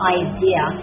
idea